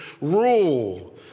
rule